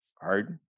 hard